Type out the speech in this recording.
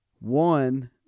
One